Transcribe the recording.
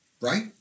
Right